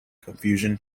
confusion